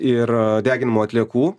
ir deginamų atliekų